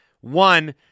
One